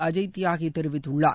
அஜய் தியாகி தெரிவித்துள்ளார்